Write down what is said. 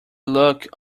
luck